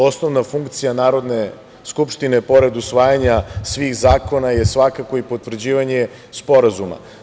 Osnovna funkcija Narodne skupštine, pored usvajanja svih zakona, je svakako i potvrđivanje sporazuma.